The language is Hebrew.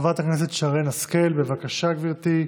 חברת הכנסת שרן השכל, בבקשה, גברתי,